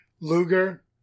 Luger